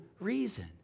reason